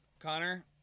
connor